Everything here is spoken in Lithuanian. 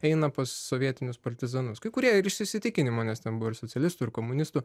eina pas sovietinius partizanus kai kurie ir iš įsitikinimo nes ten buvo ir socialistų ir komunistų